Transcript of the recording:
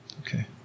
okay